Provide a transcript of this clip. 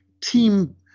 team